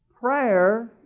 Prayer